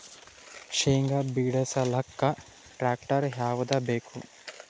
ಶೇಂಗಾ ಬಿಡಸಲಕ್ಕ ಟ್ಟ್ರ್ಯಾಕ್ಟರ್ ಯಾವದ ಬೇಕು?